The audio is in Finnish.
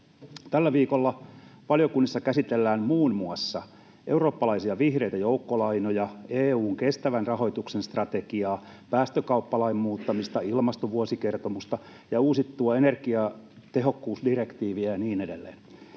Tällä viikolla valiokunnissa käsitellään muun muassa eurooppalaisia vihreitä joukkolainoja, EU:n kestävän rahoituksen strategiaa, päästökauppalain muuttamista, ilmastovuosikertomusta ja uusittua energiatehokkuusdirektiiviä ja niin edelleen.